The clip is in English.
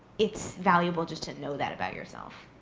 it's valuable just to know that about yourself.